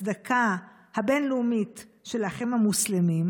הצדקה הבין-לאומית של האחים המוסלמים,